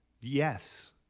yes